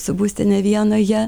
su būstine vienoje